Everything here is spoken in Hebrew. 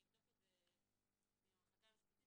אני אבדוק את זה עם המחלקה המשפטית,